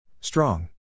Strong